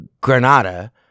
Granada